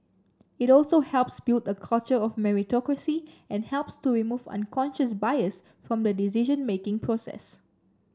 it also helps build a culture of meritocracy and helps to remove unconscious bias from the decision making process